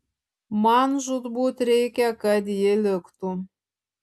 man žūtbūt reikia kad ji liktų